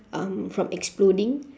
um from exploding